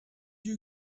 you